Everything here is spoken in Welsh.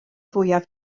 fwyaf